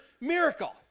miracle